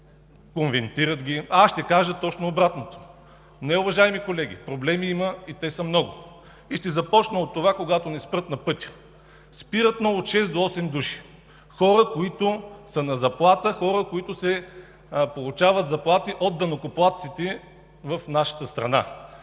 конвертират ги. А аз ще кажа точно обратното: не, уважаеми колеги, проблеми има, и те са много. Ще започна от това, когато ни спрат на пътя. Спират ни от шест до осем души – хора, които са на заплата, които получават заплати от данъкоплатците в нашата страна.